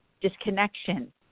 disconnection